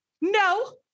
no